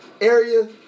area